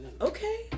okay